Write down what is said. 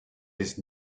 his